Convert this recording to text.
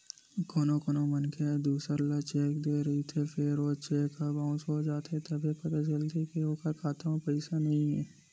कोनो कोनो मनखे ह दूसर ल चेक दे रहिथे फेर ओ चेक ह बाउंस हो जाथे तभे पता चलथे के ओखर खाता म पइसा नइ हे